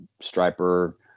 Striper